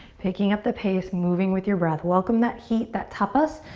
picking up the pace, moving with your breath. welcome that heat, that tapas.